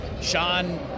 Sean